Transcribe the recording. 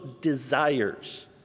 desires